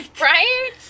right